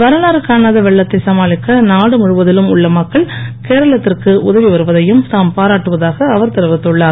வரலாறு காணாத வெள்ளத்தை சமாளிக்க நாடு முழுவதிலும் உள்ள மக்கள் கேரளத்திற்கு உதவி வருவதையும் தாம் பாராட்டுவதாக அவர் தெரிவித்துள்ளார்